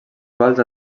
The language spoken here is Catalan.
vals